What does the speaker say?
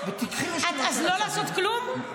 קחי רשימה של הצווים --- אז לא לעשות כלום?